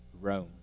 Rome